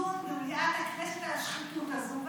דיון במליאת הכנסת על השחיתות הזו,